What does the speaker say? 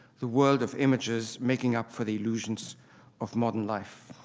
the world of images making up for the illusions of modern life.